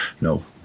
No